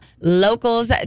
locals